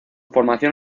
formación